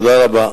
תודה רבה.